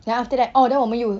then after that orh then 我们又